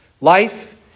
life